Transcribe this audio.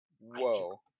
Whoa